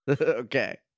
Okay